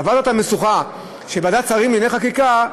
עברנו את המשוכה של ועדת שרים לענייני חקיקה,